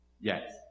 Yes